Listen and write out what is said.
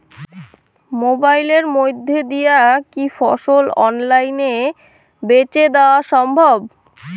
মোবাইলের মইধ্যে দিয়া কি ফসল অনলাইনে বেঁচে দেওয়া সম্ভব?